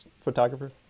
photographer